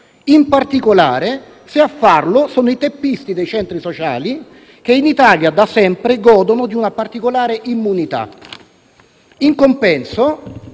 in particolare se a farlo sono i teppisti dei centri sociali, che in Italia da sempre godono di una particolare immunità. In compenso,